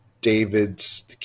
david's